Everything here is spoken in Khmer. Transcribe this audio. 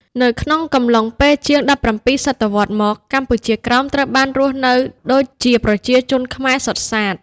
នៅក្នុងកំឡុងពេលជាង ១៧សតវត្សរ៍មក កម្ពុជាក្រោមត្រូវបានរស់នៅដូចេជាប្រជាជនខ្មែរសុទ្ធសាធ ។